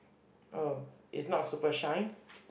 oh is not super shine